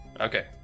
Okay